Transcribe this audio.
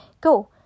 go